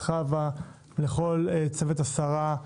חוה וכל צוות השרה,